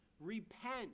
Repent